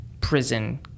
prison